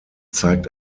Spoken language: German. zeigt